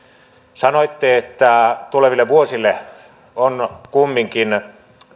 sanoitte että tuleville vuosille on kumminkin